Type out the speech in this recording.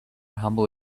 humble